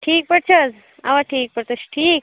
ٹھیٖک پٲٹھۍ چھُو حظ اوا ٹھیٖک پٲٹھۍ تُہۍ چھُو ٹھیٖک